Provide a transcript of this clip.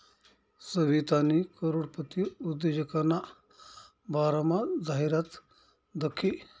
सवितानी करोडपती उद्योजकना बारामा जाहिरात दखी